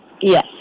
Yes